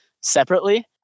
separately